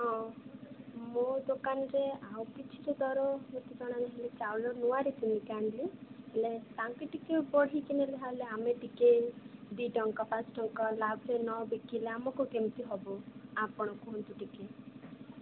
ହଁ ମୋ ଦୋକାନରେ ଆଉ କିଛି ଦର ଚାଉଳ ନୂଆରେ କିଣିକି ଆଣିଲି ହେଲେ ତାଙ୍କେ ଟିକେ ବଢ଼ିକି ଆଣିଲେ ଆମେ ଟିକେ ଦୁଇ ଟଙ୍କା ପାଞ୍ଚ ଟଙ୍କା ଲାଭରେ ନ ବିକିଲେ ଆମକୁ କେମିତି ହେବ ଆପଣ କୁହନ୍ତୁ ଟିକେ